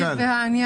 בקרוב.